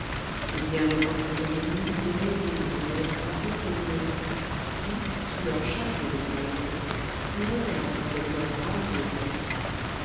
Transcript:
ou bien les portraits anonymes des ladies anglaises à boucles blondes qui sous leur chapeau de paille rond vous regardent avec leurs grands yeux clairs